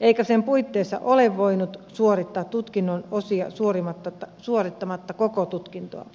eikä sen puitteissa ole voinut suorittaa tutkinnon osia suorittamatta koko tutkintoa